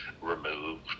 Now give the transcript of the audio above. removed